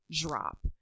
drop